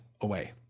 away